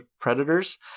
Predators